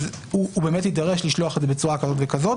אז הוא באמת יידרש לשלוח את זה בצורה כזאת